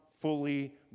fully